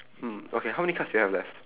hmm okay how many cards do you have left